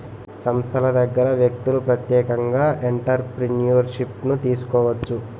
సంస్థల దగ్గర వ్యక్తులు ప్రత్యేకంగా ఎంటర్ప్రిన్యూర్షిప్ను తీసుకోవచ్చు